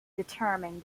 determine